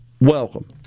Welcome